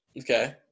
okay